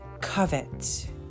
covet